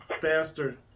faster